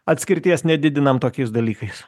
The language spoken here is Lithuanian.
atskirties nedidinam tokiais dalykais